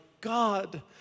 God